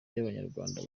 ry’abanyarwanda